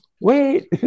wait